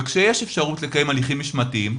וכשיש אפשרות לקיים הליכים משמעתיים,